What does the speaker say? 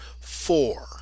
four